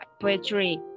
poetry